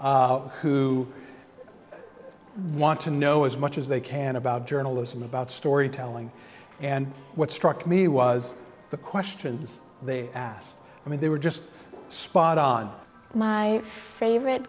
who want to know as much as they can about journalism about storytelling and what struck me was the questions they asked i mean they were just spot on my favorite